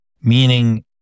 meaning